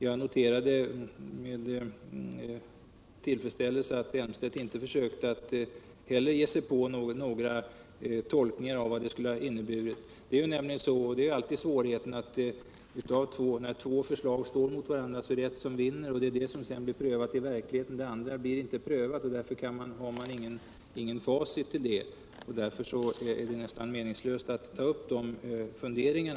Jag noterade med tillfredsställelse att inte heller Claes Elmstedt försökte ge sig in på några tolkningar av vad detta skulle ha medfört. Det är nämligen så — och det är den ständiga svårigheten när två förslag står mot varandra och det ena vinner — att bara det ena blir prövat i verkligheten. Därför har man ingen basis för en jämförelse, och det blir nästan meningslöst att ta upp sådana funderingar.